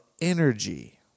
energy